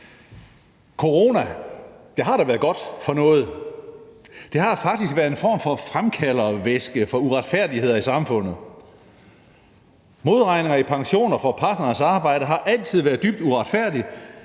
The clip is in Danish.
Corona har da været godt for noget. Det har faktisk været en form for fremkaldervæske for uretfærdigheder i samfundet. Modregninger i pensioner for partneres arbejde har altid været dybt uretfærdigt,